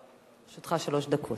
לרשותך שלוש דקות.